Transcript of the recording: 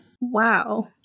Wow